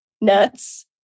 nuts